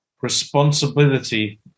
responsibility